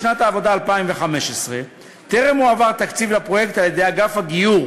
בשנת העבודה 2015 טרם הועבר תקציב לפרויקט על-ידי אגף הגיור,